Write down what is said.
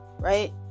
right